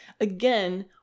again